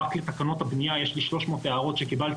רק לתקנות הבנייה יש לי 300 הערות שקיבלתי